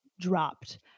dropped